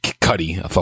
Cuddy